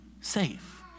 safe